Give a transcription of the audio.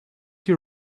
you